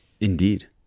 Indeed